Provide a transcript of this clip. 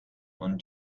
und